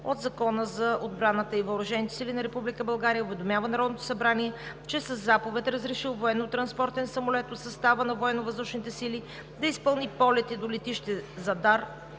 от Закона за отбраната и въоръжените сили на Република България уведомява Народното събрание, че със Заповед е разрешил военнотранспортен самолет от състава на Военновъздушните сили да изпълни полети до летище Задар